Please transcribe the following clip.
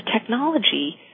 technology